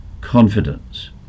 confidence